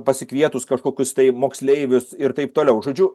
pasikvietus kažkokius tai moksleivius ir taip toliau žodžiu